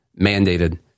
mandated